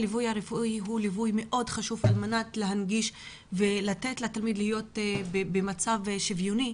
הליווי הרפואי הוא מאוד חשוב על מנת שהתלמיד יוכל להיות במצב שוויוני